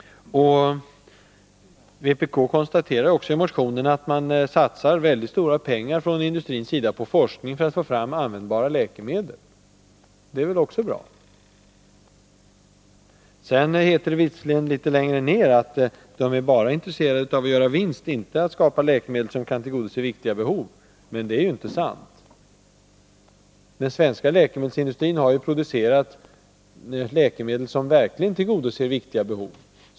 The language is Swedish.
Vpk konstaterar också i motionen att läkemedelsindustrin satsar stora pengar på forskning för att få fram användbara läkemedel. Det är också bra! Det heter visserligen litet senare i motionen att läkemedelsindustrin bara är intresserad av att göra vinster, inte av att skapa läkemedel som kan tillgodose viktiga behov — men det är inte sant. Den svenska läkemedelsindustrin har producerat läkemedel som verkligen tillgodoser viktiga behov.